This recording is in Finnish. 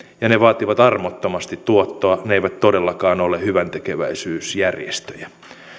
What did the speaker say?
ja ne vaativat armottomasti tuottoa ne eivät todellakaan ole hyväntekeväisyysjärjestöjä